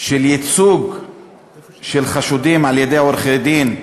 של ייצוג של חשודים על-ידי עורכי-דין,